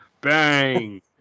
bang